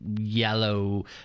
yellow